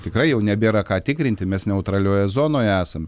tikrai jau nebėra ką tikrinti mes neutralioje zonoje esam